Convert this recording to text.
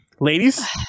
Ladies